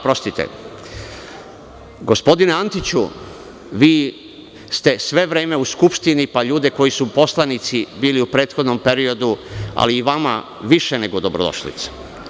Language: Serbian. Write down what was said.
Gospodine Antiću, vi ste sve vreme u Skupštini, pa ljude koji su poslanici bili u prethodnom periodu, ali i vama više nego dobrodošlicu.